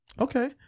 Okay